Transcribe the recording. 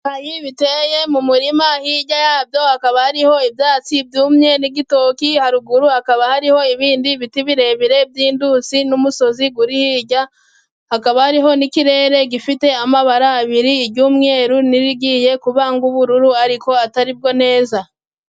Ibirayi biteye mu murima hirya yabyo hakaba hariho ibyatsi byumye n'igitoki, haruguru hakaba hariho ibindi biti birebire by'indusi n'umusozi uri hirya, hakaba ariho n'ikirere gifite amabara abiri y'umweru n'irigiye kuba nk'ubururu ariko atari rwo neza.